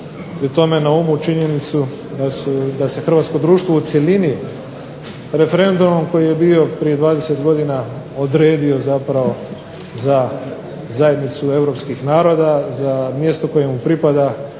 pri tome na umu činjenicu da se hrvatsko društvo u cjelini referendumom koji je bio prije 20 godina odredio zapravo za zajednicu Europskih naroda, za mjesto koje mu pripada